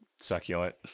succulent